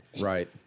right